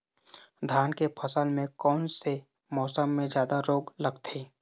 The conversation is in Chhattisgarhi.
धान के फसल मे कोन से मौसम मे जादा रोग लगथे?